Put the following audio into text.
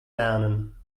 lernen